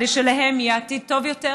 כדי שלהן יהיה עתיד טוב יותר,